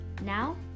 Now